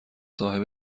صاحب